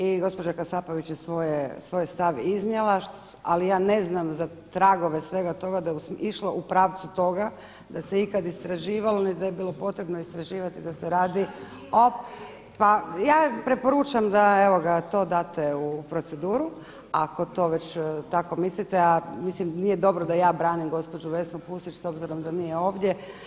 I gospođa Kasapović je svoj stav iznijela, a ja ne znam za tragove svega toga da je išlo u pravcu toga da se ikada istraživalo niti da je bilo potrebno istraživati da se radi o …… [[Upadica se ne razumije. …]] Pa ja preporučam da evo to date u proceduru ako to već tako mislite, a mislim nije dobro da ja branim gospođu Vesnu Pusić s obzirom da nije ovdje.